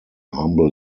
humble